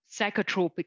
psychotropic